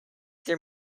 their